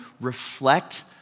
reflect